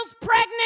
pregnant